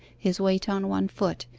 his weight on one foot,